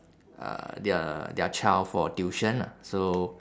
uh their their child for tuition lah so